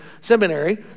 seminary